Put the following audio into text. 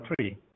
three